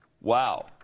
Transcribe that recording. Wow